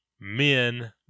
men